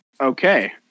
okay